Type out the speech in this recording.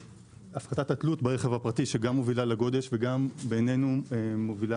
הפחתת התלות ברכב הפרטי שגם מובילה לגודש וגם בעינינו מובילה